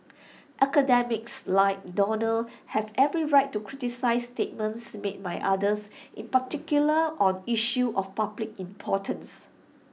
academics like Donald have every right to criticise statements made by others in particular on issues of public importance